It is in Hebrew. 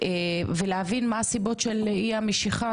ולהבין מה הסיבות של אי המשיכה,